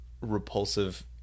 repulsive